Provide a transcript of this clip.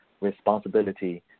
responsibility